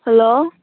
hello